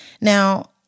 Now